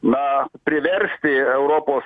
na priversti europos